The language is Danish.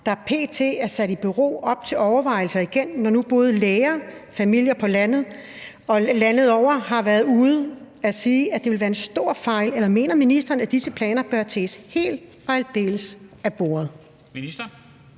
der p.t. er sat i bero, op til overvejelse igen, når nu både læger og familier landet over har været ude at sige, at det vil være en stor fejl, eller mener ministeren, at disse planer bør tages helt og aldeles af bordet